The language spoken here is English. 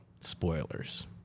spoilers